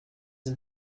and